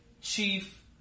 chief